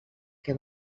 que